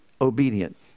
obedient